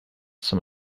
some